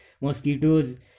mosquitoes